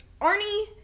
Arnie